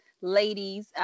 ladies